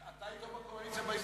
אתה אתו בקואליציה בהסתדרות,